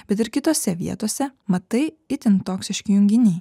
bet ir kitose vietose mat tai itin toksiški junginiai